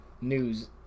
news